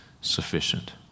sufficient